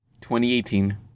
2018